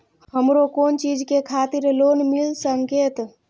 हमरो कोन चीज के खातिर लोन मिल संकेत?